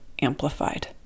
amplified